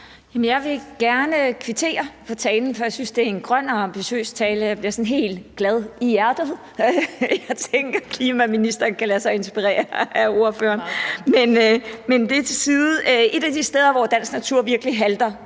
Jeg vil gerne kvittere for talen, for jeg synes, det er en grøn og ambitiøs tale. Jeg bliver sådan helt glad i hjertet. Jeg tænker, at klimaministeren kan lade sig inspirere af fru Franciska Rosenkilde. Men det til side. Et af de steder, hvor dansk natur virkelig halter